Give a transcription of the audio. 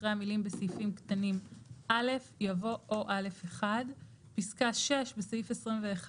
אחרי המילים "בסעיפים קטנים (א)" יבוא "או (א1); (6)בסעיף 21,